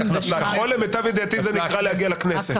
--- הכחול למיטב ידיעתי זה נקרא להגיע לכנסת.